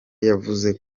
yavuze